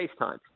FaceTime